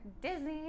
Disney